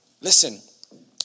Listen